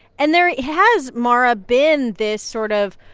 and there has, mara, been this sort of,